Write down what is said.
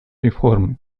реформы